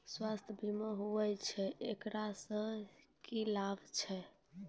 स्वास्थ्य बीमा की होय छै, एकरा से की लाभ छै?